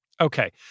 Okay